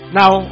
now